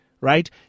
right